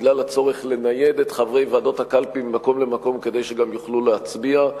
בגלל הצורך לנייד את חברי ועדות הקלפי ממקום למקום כדי שיוכלו להצביע.